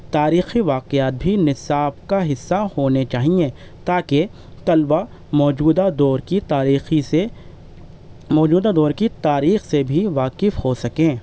تاریخی واقعات بھی نصاب کا حصہ ہونے چاہیئیں تاکہ طلبہ موجودہ دور کی تاریخی سے موجودہ دور کی تاریخ سے بھی واقف ہو سکیں